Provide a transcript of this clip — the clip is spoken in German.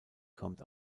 kommt